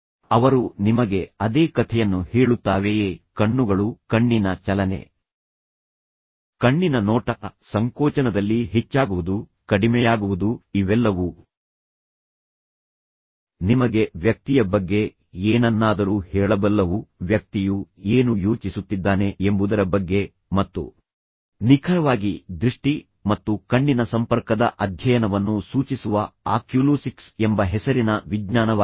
ಅವರು ನಿಮಗೆ ಅದೇ ಕಥೆಯನ್ನು ಹೇಳುತ್ತಾವೆಯೇ ಕಣ್ಣುಗಳು ಕಣ್ಣಿನ ಚಲನೆ ಕಣ್ಣಿನ ನೋಟ ಸಂಕೋಚನದಲ್ಲಿ ಹೆಚ್ಚಾಗುವುದು ಕಡಿಮೆಯಾಗುವುದು ಇವೆಲ್ಲವೂ ನಿಮಗೆ ವ್ಯಕ್ತಿಯ ಬಗ್ಗೆ ಏನನ್ನಾದರೂ ಹೇಳಬಲ್ಲವು ವ್ಯಕ್ತಿಯು ಏನು ಯೋಚಿಸುತ್ತಿದ್ದಾನೆ ಎಂಬುದರ ಬಗ್ಗೆ ಮತ್ತು ನಿಖರವಾಗಿ ದೃಷ್ಟಿ ಮತ್ತು ಕಣ್ಣಿನ ಸಂಪರ್ಕದ ಅಧ್ಯಯನವನ್ನು ಸೂಚಿಸುವ ಆಕ್ಯುಲೋಸಿಕ್ಸ್ ಎಂಬ ಹೆಸರಿನ ವಿಜ್ಞಾನವಾಗಿದೆ